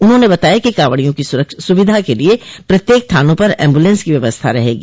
उन्होंने बताया कि कॉवड़ियों की सुविधा के लिए प्रत्येक थानों पर एम्बुलेन्स की व्यवस्था रहेगी